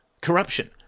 corruption